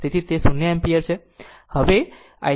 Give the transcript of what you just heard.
તેથી તે 0 એમ્પીયર છે